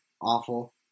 awful